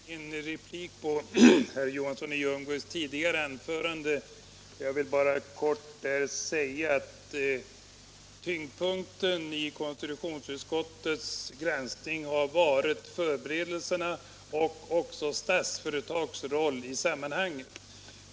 Herr talman! Jag begärde egentligen en replik till herr Johanssons i Ljungby tidigare anförande. Jag vill bara kort säga att tyngdpunkten i konstitutionsutskottets granskning har varit förberedelserna och Statsföretags roll i sammanhanget.